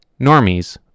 normies